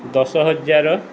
ଦଶ ହଜାର